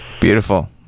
beautiful